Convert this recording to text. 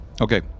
Okay